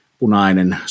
punainen